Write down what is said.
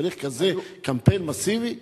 שצריך כזה קמפיין מסיבי?